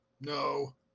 No